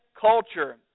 culture